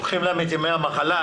לוקחים להם את ימי המחלה.